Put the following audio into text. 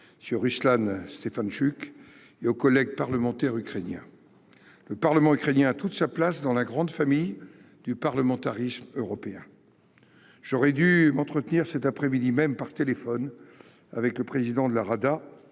M. Ruslan Stefanchuk, et aux collègues parlementaires ukrainiens. Le parlement ukrainien a toute sa place dans la grande famille du parlementarisme européen. J'aurais dû m'entretenir cet après-midi même par téléphone avec le président de la Rada,